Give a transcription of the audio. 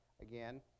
again